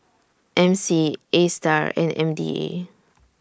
M C ASTAR and M D A